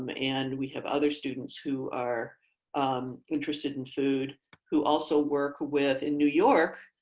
but and we have other students who are interested in food who also work with in new york.